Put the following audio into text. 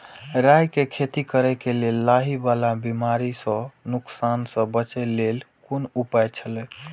राय के खेती करे के लेल लाहि वाला बिमारी स नुकसान स बचे के लेल कोन उपाय छला?